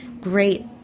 great